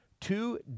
two